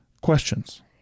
questions